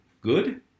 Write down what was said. good